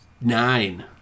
Nine